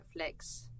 Netflix